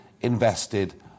invested